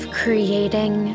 creating